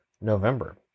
November